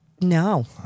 No